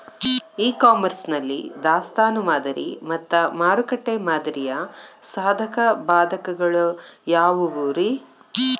E commerce ನಲ್ಲಿ ದಾಸ್ತಾನು ಮಾದರಿ ಮತ್ತ ಮಾರುಕಟ್ಟೆ ಮಾದರಿಯ ಸಾಧಕ ಬಾಧಕಗಳ ಯಾವವುರೇ?